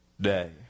day